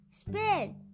Spin